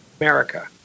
America